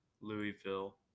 Louisville